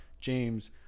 James